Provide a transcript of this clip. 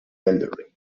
elderly